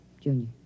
Junior